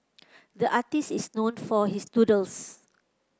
the artist is known for his doodles